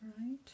right